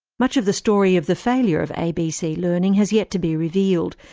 much of the story of the failure of abc learning has yet to be revealed,